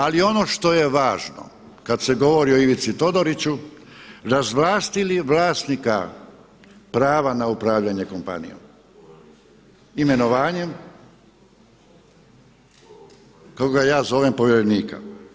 Ali i ono što je važno kada se govori o Ivici Todoriću razvlastili vlasnika prava na upravljanje kompanijom, imenovanjem kako ga ja zovem povjerenika.